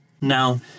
Now